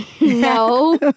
No